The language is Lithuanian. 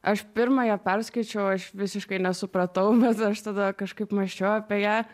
aš pirmąją perskaičiau aš visiškai nesupratau nes aš tada kažkaip mąsčiau apie ją